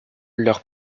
leur